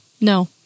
no